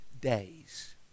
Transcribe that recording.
days